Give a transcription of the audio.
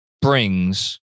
brings